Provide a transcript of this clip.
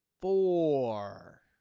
Four